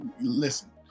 listen